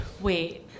wait